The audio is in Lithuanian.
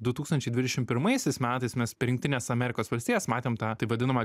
du tūkstančiai dvidešim pirmaisiais metais mes per jungtines amerikos valstijas matėm tą taip vadinamą